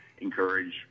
encourage